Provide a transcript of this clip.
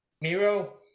Miro